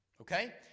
Okay